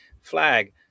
flag